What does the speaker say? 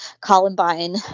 Columbine